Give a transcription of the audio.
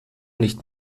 nicht